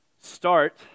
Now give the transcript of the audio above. start